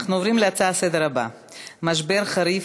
אנחנו עוברים להצעות הבאות לסדר-היום: משבר חריף,